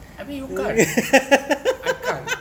I mean you can't I can't